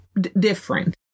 Different